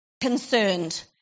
concerned